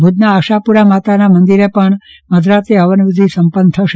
ભુજના આશાપુરા માતાજીના મંદિરે પણ મધરાતે હવનવિધિ સંપન્ન થશે